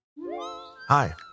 Hi